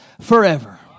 forever